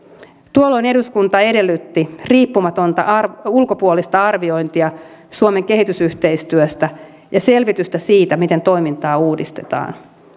tuolloin eduskunta edellytti riippumatonta ulkopuolista arviointia suomen kehitysyhteistyöstä ja selvitystä siitä miten toimintaa uudistetaan